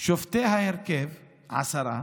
שופטי ההרכב", עשרה,